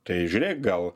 tai žiūrėk gal